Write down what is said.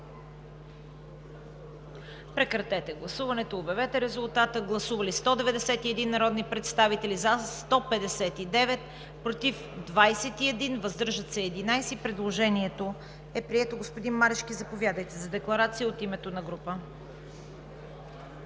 Доклада на Комисията. Гласували 191 народни представители: за 159, против 21, въздържали се 11. Предложението е прието. Господин Марешки, заповядайте за декларация от името на група.